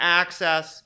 access